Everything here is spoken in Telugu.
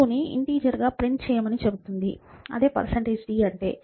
p2ని ఇంటిజెర్ గా ప్రింట్ చేయమని చెబుతుంది అదే d అంటే